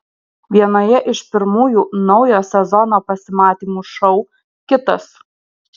vienoje iš pirmųjų naujo sezono pasimatymų šou kitas